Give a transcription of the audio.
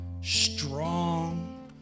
strong